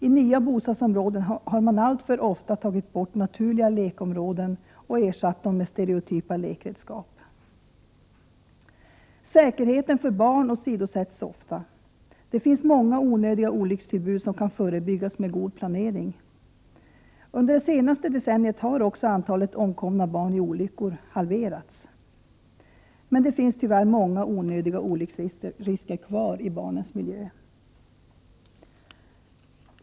I nya bostadsområden har man alltför ofta tagit bort naturliga lekområden. I stället finns det stereotypa lekredskap. Säkerheten för barn åsidosätts ofta. Det finns exempel på många onödiga olyckstillbud. Men olyckor kan förebyggas med god planering. Under det senaste decenniet har antalet barn som omkommit i olyckor halverats. Men fortfarande finns det, tyvärr, många onödiga olycksrisker i barnens miljö.